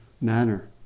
manner